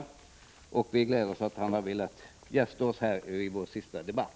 Vi gläder oss åt att jordbruksministern har velat gästa oss i kammaren i riksmötets sista debatt.